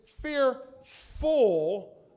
fearful